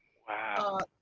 wow.